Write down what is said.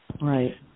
Right